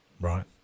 right